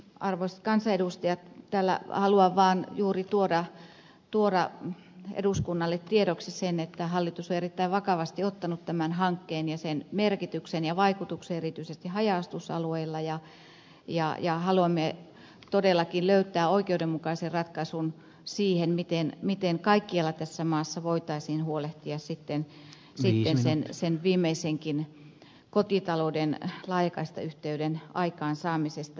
arvoisat kansanedustajat tällä haluan vaan juuri tuoda eduskunnalle tiedoksi sen että hallitus on erittäin vakavasti ottanut tämän hankkeen ja sen merkityksen ja vaikutuksen erityisesti haja asutusalueilla ja haluamme todellakin löytää oikeudenmukaisen ratkaisun siihen miten kaikkialla tässä maassa voitaisiin huolehtia sen viimeisenkin kotitalouden laajakaistayhteyden aikaansaamisesta